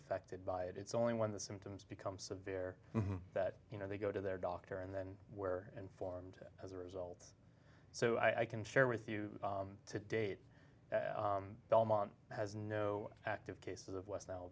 affected by it it's only when the symptoms become severe that you know they go to their doctor and then were informed as a result so i can share with you to date belmont has no active cases of west nile